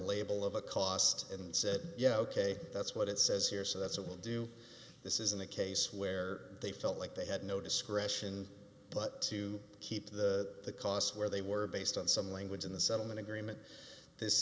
label of a cost and said yeah ok that's what it says here so that's what we'll do this is in the case where they felt like they had no discretion but to keep the costs where they were based on some language in the settlement agreement this